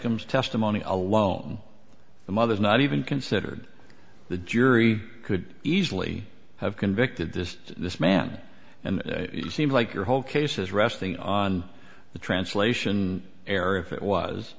comes testimony alone the mother is not even considered the jury could easily have convicted this this man and it seems like your whole case is resting on the translation error if it